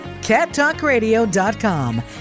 cattalkradio.com